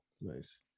Nice